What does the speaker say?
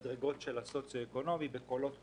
מדרגות של הסוציואקונומי - בקולות קוראים,